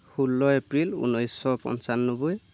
ষোল্ল এপ্ৰিল ঊনৈছশ পঞ্চান্নব্বৈ